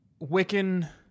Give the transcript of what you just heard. Wiccan